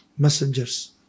Messengers